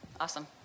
Awesome